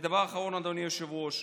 ודבר אחרון, אדוני היושב-ראש,